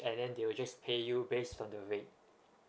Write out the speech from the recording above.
and then they will just pay you based on the rate